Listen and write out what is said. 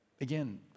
again